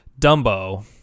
Dumbo